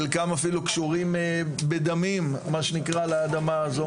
חלקם אפילו קשורים בדמים לאדמה הזו.